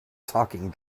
talking